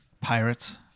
pirates